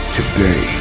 Today